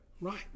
right